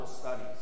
studies